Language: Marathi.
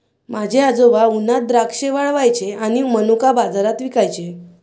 माझे आजोबा उन्हात द्राक्षे वाळवायचे आणि मनुका बाजारात विकायचे